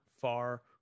Far